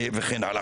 וכן הלאה.